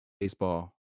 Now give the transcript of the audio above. baseball